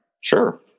Sure